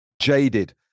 jaded